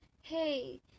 Hey